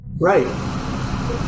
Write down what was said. right